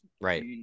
right